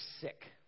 sick